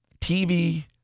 TV